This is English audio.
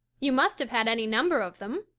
you must have had any number of them.